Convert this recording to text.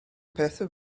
pethau